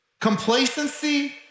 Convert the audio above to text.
complacency